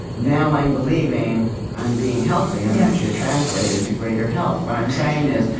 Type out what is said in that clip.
now i'm believing i'm being healthy, and that should translate into greater health. what i'm saying is,